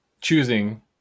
choosing